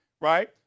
Right